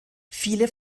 viele